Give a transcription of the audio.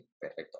perfecto